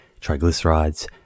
triglycerides